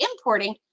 importing